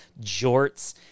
jorts